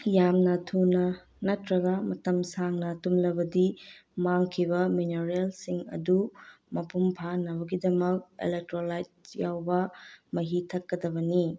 ꯌꯥꯝꯅ ꯊꯨꯅ ꯅꯠꯇ꯭ꯔꯒ ꯃꯇꯝ ꯁꯥꯡꯅ ꯇꯨꯝꯂꯕꯗꯤ ꯃꯥꯡꯈꯤꯕ ꯃꯤꯅꯔꯦꯜꯁꯤꯡ ꯑꯗꯨ ꯃꯄꯨꯡ ꯐꯥꯅꯕꯒꯤꯗꯃꯛ ꯑꯦꯂꯦꯛꯇ꯭ꯔꯣꯂꯥꯏꯠ ꯌꯥꯎꯕ ꯃꯍꯤ ꯊꯛꯀꯗꯕꯅꯤ